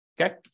okay